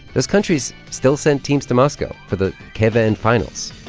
those countries still sent teams to moscow for the keh-vuh-en finals.